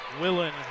Willen